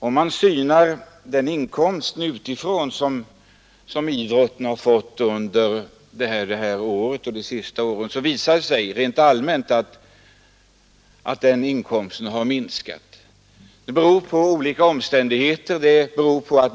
Om man synar den inkomst utifrån som idrotten har fått under det senaste året, så visar det sig rent allmänt att den inkomsten har minskat. Det beror på olika omständigheter.